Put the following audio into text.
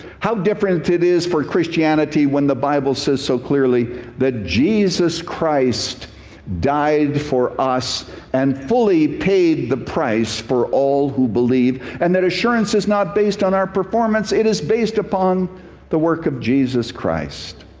how different it is for christianity when the bible says so clearly that jesus christ died for us and fully paid the price for all who believe. and that assurance is not based on our performance, it is based upon the work of jesus christ.